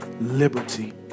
liberty